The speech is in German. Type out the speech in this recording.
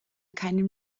keinen